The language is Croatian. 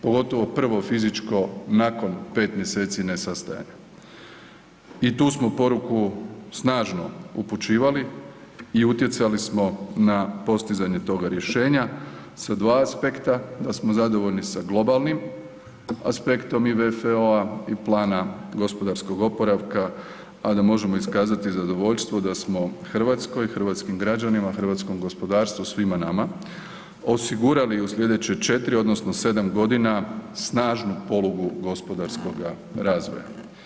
Pogotovo prvo fizičko nakon 5 mjeseci nesastajanja i tu smo poruku snažno upućivali i utjecali smo na postizanje toga rješenja sa 2 aspekta, da smo zadovoljni sa globalnim aspektom i VFO-a i plana gospodarskog oporavka, a da možemo iskazati zadovoljstvo da smo Hrvatskoj, hrvatskim građanima, hrvatskom gospodarstvu, svima nama, osigurali u sljedeće 4 odnosno 7 godina snažnu polugu gospodarskoga razvoja.